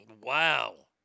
Wow